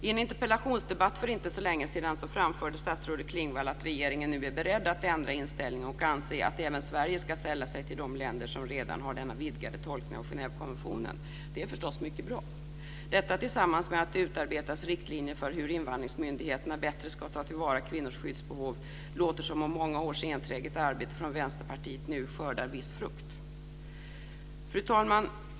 I en interpellationsdebatt för inte så länge sedan framförde statsrådet Klingvall att regeringen nu är beredd att ändra inställning och ansåg att även Sverige ska sälla sig till de länder som redan har denna vidgade tolkning av Genèvekonventionen. Det är förstås mycket bra. Detta tillsammans med att det utarbetas riktlinjer för hur invandringsmyndigheterna bättre ska ta till vara kvinnors skyddsbehov låter som om många års enträget arbete från Vänsterpartiet nu skördar viss frukt. Fru talman!